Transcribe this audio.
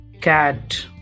cat